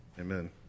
Amen